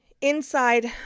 Inside